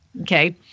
Okay